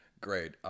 Great